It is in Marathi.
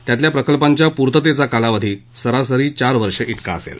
त्यातील प्रकल्पांच्या पूर्ततेचा कालावधी सरासरी चार वर्ष तिका असेल